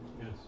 Yes